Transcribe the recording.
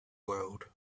world